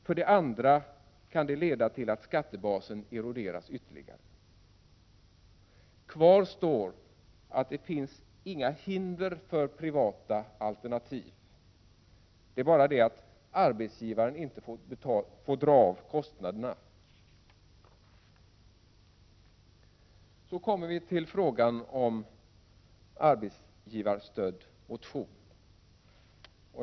För det andra kan det leda till att skattebasen eroderas ytterligare.” Kvar står att det inte finns några hinder för privata alternativ, men arbetsgivaren får inte dra av kostnaderna. Så kommer vi till frågan om arbetsgivarstödd motion.